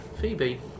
Phoebe